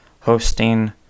hosting